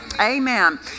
Amen